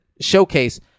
showcase